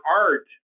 art